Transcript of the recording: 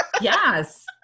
Yes